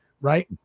Right